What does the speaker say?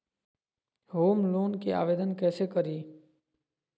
Home loan के आवेदन कैसे करि?